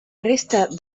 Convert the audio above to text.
resta